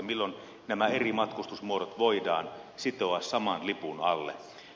milloin nämä eri matkustusmuodot voidaan sitoa saman lipun alle